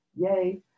yay